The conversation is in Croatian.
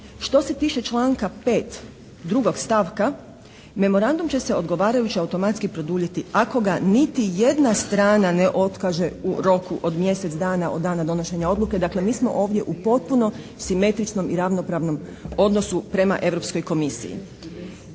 Što se tiče članka 5., 2. stavka memorandum će se odgovarajuće automatski produljiti ako ga niti jedna strana ne otkaže u roku od mjesec dana od dana donošenja odluke. Dakle, mi smo ovdje u potpuno simetričnom i ravnopravnom odnosu prema Europskoj komisiji.